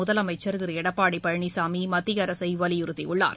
முதலமைச்சர் திரு எடப்பாடி பழனிசாமி மத்திய அரசை வலியுறத்தியுள்ளார்